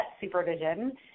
supervision